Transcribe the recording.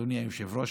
אדוני היושב-ראש,